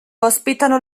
ospitano